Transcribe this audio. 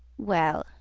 well,